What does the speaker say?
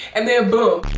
and then boom,